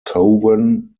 cowan